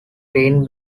green